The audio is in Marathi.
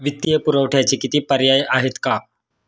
वित्तीय पुरवठ्याचे किती पर्याय आहेत का?